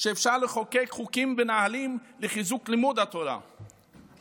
שאפשר לחוקק חוקים ונהלים לחיזוק לימוד התורה,